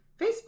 Facebook